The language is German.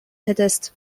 hättest